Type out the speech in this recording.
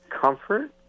comfort